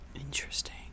Interesting